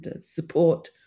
support